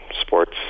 sports